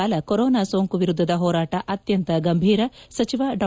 ಕಾಲ ಕೊರೋನಾ ಸೋಂಕು ವಿರುದ್ದದ ಹೋರಾಟ ಅತ್ಯಂತ ಗಂಭೀರ ಸಚಿವ ಡಾ